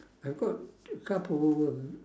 I've got a couple of